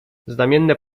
znamienne